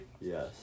Yes